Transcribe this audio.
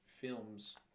films